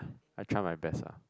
I try my best lah